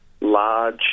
large